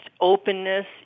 openness